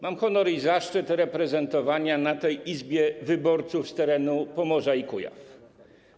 Mam honor i zaszczyt reprezentowania w tej Izbie wyborców z terenu Pomorza i Kujaw.